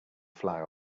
fly